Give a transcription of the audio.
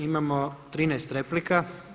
Imamo 13 replika.